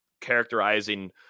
characterizing